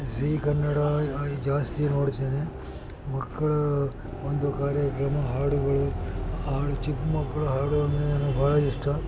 Zee Kannada ಆಯ್ತು ಜಾಸ್ತಿ ನೋಡ್ತೀನಿ ಮಕ್ಕಳ ಒಂದು ಕಾರ್ಯಕ್ರಮ ಹಾಡುಗಳು ಹಾಡು ಚಿಕ್ಕ ಮಕ್ಕಳು ಹಾಡು ಅಂದರೆ ನನಗೆ ಬಹಳ ಇಷ್ಟ